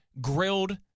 grilled